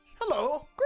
Hello